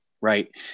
right